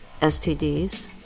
STDs